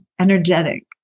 energetic